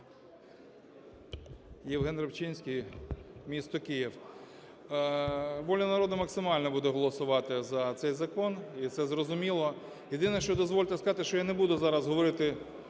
Євген Рибчинський, місто Київ. "Воля народу" максимально буде голосувати за цей закон, і це зрозуміло. Єдине, що дозвольте сказати, що я не буду зараз говорити,